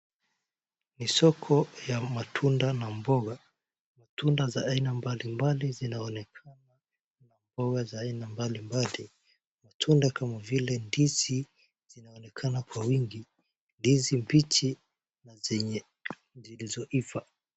Ni soko ya matunda na mboga , matunda za aina mbalimbali zinaonekana pia na mboga za aina mbalimbali. Matunda kama vile ndizi zinaonekana kwa wingi ndizi mbichi na zenye zilizoiva .